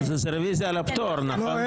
זה רוויזיה על הפטור, נכון?